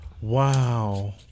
Wow